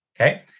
Okay